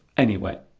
anyway